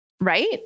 Right